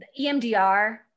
EMDR